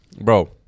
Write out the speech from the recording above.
Bro